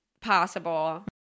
possible